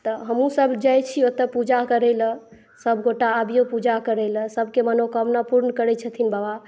तऽ हमहुँ सभ जाइ छी ओतऽ पुजा करै ला सभ गोटा आबिऔ पुजा करय ला सभकेँ मनोकमना पुर्ण करै छथिन बाबा